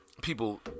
people